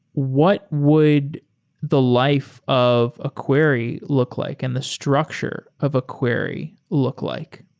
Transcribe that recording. what would the life of a query look like and the structure of a query look like?